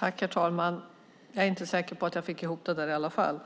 Herr talman! Jag är inte säker på att jag fick ihop det där i alla fall.